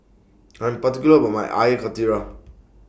I'm particular about My Air Karthira